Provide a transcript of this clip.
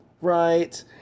right